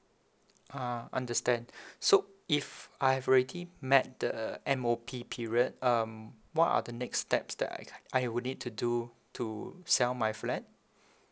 ah understand so if I have already met the M_O_P period um what are the next steps that I I would need to do to sell my flat